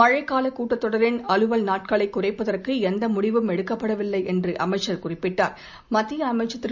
மழைக்கூல கூட்டத்தொடரின் அலுவல் நாட்களைக் குறைப்பதற்கு எந்த முடிவும் எடுக்கப்படவில்லை என்று அமைச்சர் தெரிவித்தார் மத்திய அமைச்சர் திரு